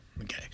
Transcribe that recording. Okay